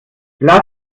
lass